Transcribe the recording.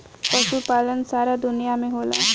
पशुपालन सारा दुनिया में होला